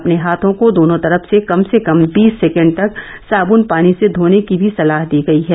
अपने हाथों को दोनों तरफ से कम से कम बीस सेकेण्ड तक साबुन पानी से धोने की भी सलाह दी गयी है